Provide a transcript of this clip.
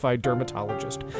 Dermatologist